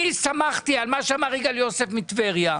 אני סמכתי על מה שאמר בועז יוסף מטבריה.